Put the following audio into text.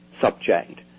subject